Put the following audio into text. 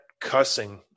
cussing